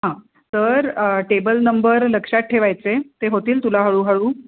हां तर table number लक्षात ठेवायचे ते होतील तुला हळूहळू